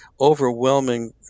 overwhelming